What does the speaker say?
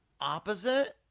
opposite